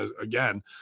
again